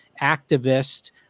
activist